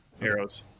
arrows